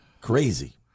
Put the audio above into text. Crazy